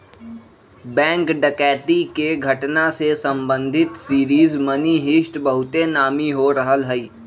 bank डकैती के घटना से संबंधित सीरीज मनी हीस्ट बहुते नामी हो रहल हइ